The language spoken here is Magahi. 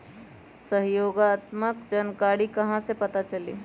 सहयोगात्मक जानकारी कहा से पता चली?